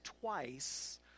twice